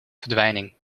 verdwijning